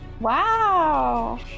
Wow